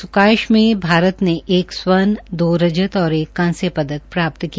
स्ुकाश में भारत ने एक स्वर्ण दो रजत और कांस्य पदक प्राप्त किया